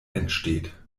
entsteht